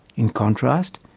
in contrast,